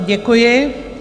Děkuji.